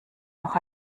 noch